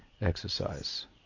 exercise